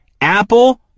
Apple